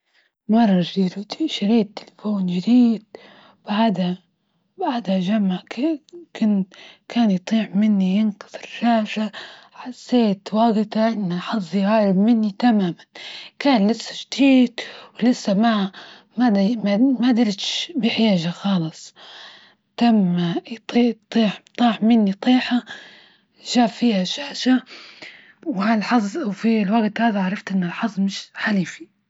مرة إشتريت تليفون جديد بعدها-بعدها كان يطيح مني ينكسر شاشة حسيت وجتها إن حظي هايل مني تماما، كان نفسي جديد ولسه م مادريتش بحاجة خالص، طاح مني طيحة جاب فيها شاشة وهالحظ وفي الوقت هذا عرفت إن الحظ مش حليفي.